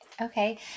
Okay